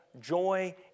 joy